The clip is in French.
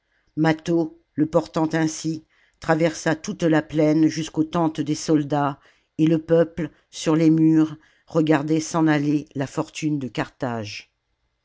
mâtho le portant ainsi traversa toute la plaine jusqu'aux tentes des soldats et le peuple sur les murs regardait s'en aller la fortune de carthage